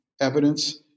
evidence